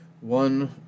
One